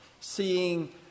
Seeing